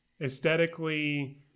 aesthetically